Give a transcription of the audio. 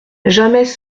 jamais